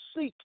seek